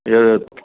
ॿियो